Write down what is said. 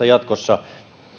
jatkossa